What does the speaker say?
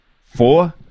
four